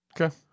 Okay